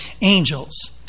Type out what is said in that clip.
angels